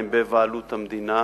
חטיבות-ביניים בבעלות המדינה